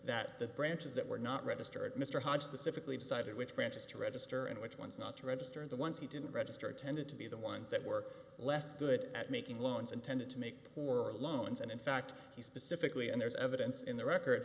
that the branches that were not registered mr hodge pacifically decided which branches to register and which ones not to register and the ones he didn't register tended to be the ones that were less good at making loans intended to make or loans and in fact he specifically and there's evidence in the record